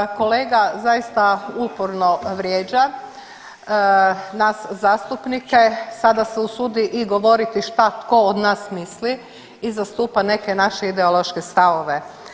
Čl. 238., kolega zaista uporno vrijeđa nas zastupnike, sada se usudi i govoriti šta tko od nas misli i zastupa neke naše ideološke stavove.